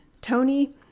Tony